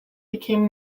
became